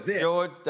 George